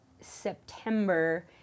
September